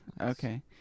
okay